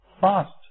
fast